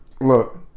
Look